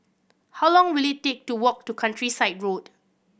how long will it take to walk to Countryside Road